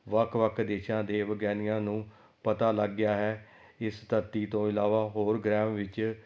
ਵੱਖ ਵੱਖ ਦੇਸ਼ਾਂ ਦੇ ਵਿਗਿਆਨੀਆਂ ਨੂੰ ਪਤਾ ਲੱਗ ਗਿਆ ਹੈ ਇਸ ਧਰਤੀ ਤੋਂ ਇਲਾਵਾ ਹੋਰ ਗ੍ਰਹਿਆਂ ਵਿੱਚ